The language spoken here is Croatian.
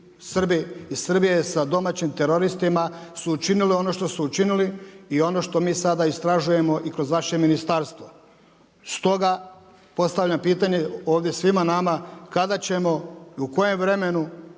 Srbije sa domaćim teroristima su učinili ono što su učinili, i ono što mi sada istražujemo i kroz vaše ministarstvo. Stoga postavljam pitanje ovdje svima nama, kada ćemo i u kojem vremenu